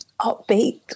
upbeat